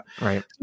Right